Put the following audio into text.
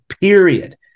period